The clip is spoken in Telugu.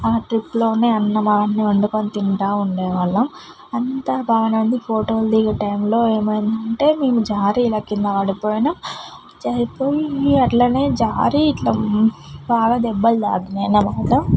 ఆ ట్రిప్లోనే అన్నం అవన్నీ వండుకుని తింటా ఉండేవాళ్ళం అంతా బాగానే ఉంది ఫోటోలు దిగే టైంలో ఏమైందంటే నేను జారీ ఇలా కిందపడిపోయినా జారిపోయి అట్లానే జారి ఇట్లా బాగా దెబ్బలు తాకినాయి అనమాట